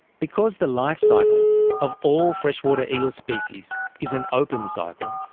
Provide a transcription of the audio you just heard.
because the life cycle of all freshwater eel species is an open cycle,